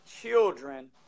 children